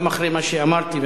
גם אחרי מה שאמרתי,